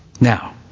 Now